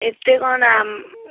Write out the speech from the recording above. ଏତେ କ'ଣ